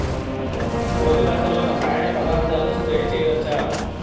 పూత దశలో రసాయన పదార్థాలు స్ప్రే చేయచ్చ?